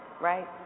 right